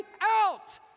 out